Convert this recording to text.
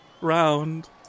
round